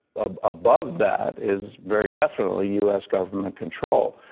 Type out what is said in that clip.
ah above that is very definitely u s. government control.